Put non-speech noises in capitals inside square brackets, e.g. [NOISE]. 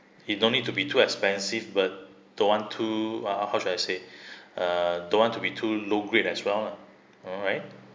it don't need to be too expensive but don't want to uh how should I say it [BREATH] uh don't want to be too low grade as well lah alright